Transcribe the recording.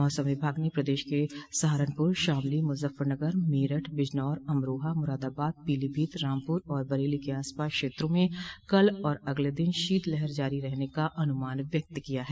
मौसम विभाग ने प्रदेश के सहारनपुर शामली मुजफ्फरनगर मेरठ बिजनौर अमरोहा मुरादाबाद पीलोभीत रामपुर और बरेली के आस पास क्षेत्रों में कल और अगले दिन शीतलहर जारी रहने का अनुमान व्यक्त किया है